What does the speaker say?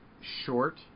short